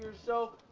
so,